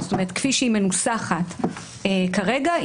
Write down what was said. כפי שהיא מנוסחת כרגע,